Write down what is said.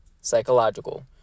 psychological